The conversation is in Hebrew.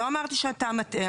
לא אמרתי שאתה המטעה.